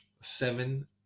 seven